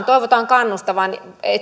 toivotaan kannustavan